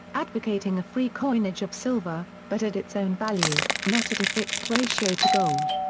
advocating a free coinage of silver, but at its own value, not at a fixed ratio to gold.